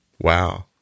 wow